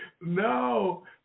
No